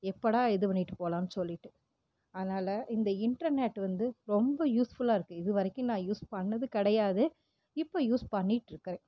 எப்போடா இது பண்ணிகிட்டு போகலான்னு சொல்லிட்டு அதனால் இந்த இன்ட்ர்நெட் வந்து ரொம்ப யூஸ்ஃபுல்லாக இருக்குது இது வரைக்கும் நான் யூஸ் பண்ணிணது கிடையாது இப்போ யூஸ் பண்ணிகிட்ருக்கறேன்